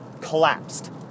collapsed